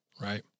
right